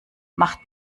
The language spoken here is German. macht